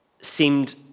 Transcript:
seemed